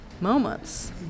moments